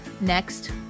next